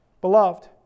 beloved